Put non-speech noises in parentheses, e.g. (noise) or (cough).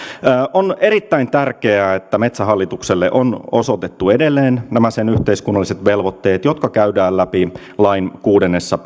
on erittäin tärkeää että metsähallitukselle on osoitettu edelleen nämä sen yhteiskunnalliset velvoitteet jotka käydään läpi lain kuudennessa (unintelligible)